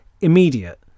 immediate